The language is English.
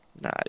Nah